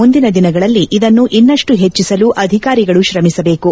ಮುಂದಿನ ದಿನಗಳಲ್ಲಿ ಇದನ್ನು ಇನ್ನಷ್ಟು ಹೆಚ್ಚಿಸಲು ಅಧಿಕಾರಿಗಳು ತ್ರಮಿಸಬೇಕು